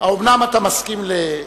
האומנם אתה מסכים?